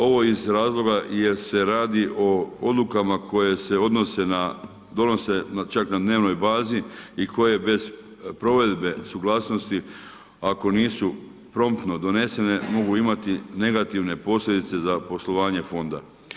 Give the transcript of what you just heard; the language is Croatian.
Ovo iz razloga jer se radi o odlukama koje se donose čak na dnevnoj bazi i koje bez provedbe suglasnosti ako nisu promptno donesene, mogu imati negativne posljedice za poslovanje fonda.